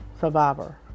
survivor